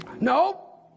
No